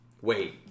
Wait